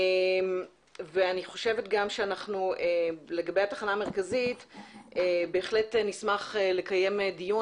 ואני חושבת גם שלגבי התחנה המרכזית בהחלט נשמח לקיים דיון